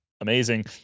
amazing